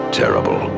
terrible